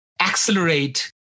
accelerate